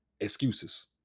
Excuses